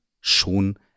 schon